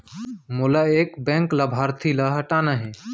मोला एक बैंक लाभार्थी ल हटाना हे?